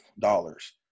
dollars